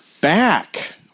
back